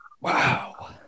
Wow